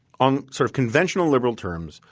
on sort of conventional liberal terms,